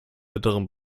bitteren